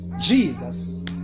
Jesus